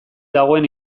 dagoen